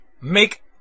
make